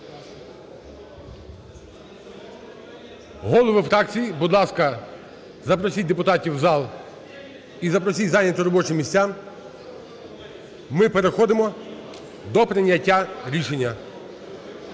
Голови фракцій, будь ласка, запросіть депутатів в зал і запросіть зайняти робочі місця, ми переходимо до прийняття рішення.